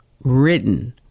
written